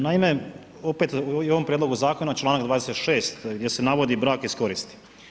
Naime, i u ovom prijedlogu zakona Članak 26. gdje se navodi brak iz koristi.